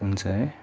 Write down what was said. हुन्छ है